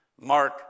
Mark